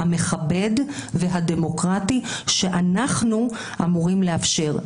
המכבד והדמוקרטי שאנחנו אמורים לאפשר.